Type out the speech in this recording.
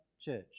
church